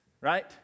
right